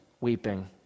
weeping